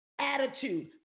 attitude